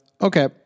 Okay